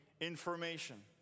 information